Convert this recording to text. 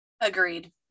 Agreed